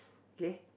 K